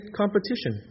competition